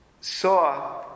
saw